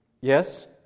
Yes